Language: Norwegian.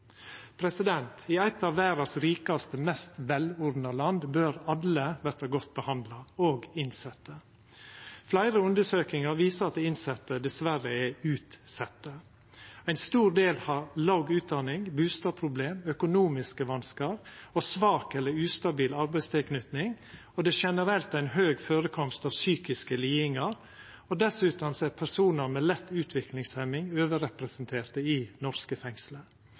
I eit av verdas rikaste, mest velordna land bør alle verta godt behandla, òg innsette. Fleire undersøkingar viser at dei innsette dessverre er utsette. Ein stor del har låg utdanning, bustadproblem, økonomiske vanskar og svak eller ustabil arbeidstilknyting. Det er generelt ein høg førekomst av psykiske lidingar. Dessutan er personar med lett utviklingshemming overrepresenterte i norske